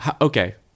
Okay